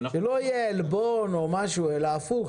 שלא יהיה עלבון או משהו אלא להיפך,